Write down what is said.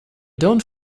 don’t